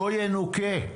לא ינוקה.